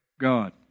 God